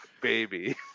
baby